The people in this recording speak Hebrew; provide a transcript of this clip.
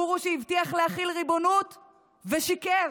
הגורו שהבטיח להחיל ריבונות ושיקר,